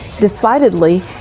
decidedly